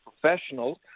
professionals